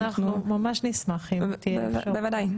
אנחנו ממש נשמח אם תהיה אפשרות כדי להתחיל את התהליך.